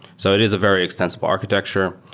so it is a very extensible architecture.